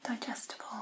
digestible